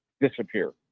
disappear